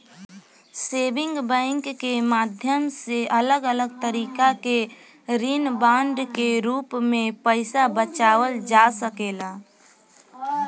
saving bank के माध्यम से अलग अलग तरीका के ऋण बांड के रूप में पईसा बचावल जा सकेला